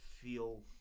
feel